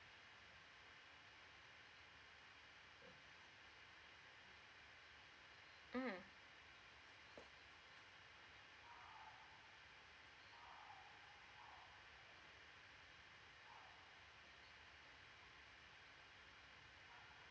mm